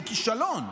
הוא כישלון,